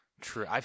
True